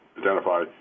identify